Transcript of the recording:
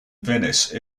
venice